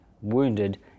wounded